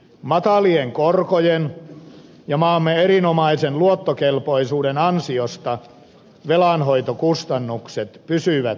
matalien korkojen ja maamme erinomaisen luottokelpoisuuden ansiosta velanhoitokustannukset pysyvät vielä hallinnassa